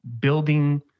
building